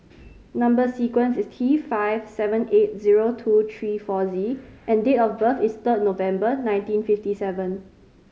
number sequence is T five seven eight zero two three four Z and date of birth is third November nineteen fifty seven